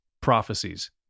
prophecies